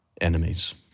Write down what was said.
enemies